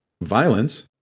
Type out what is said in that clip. violence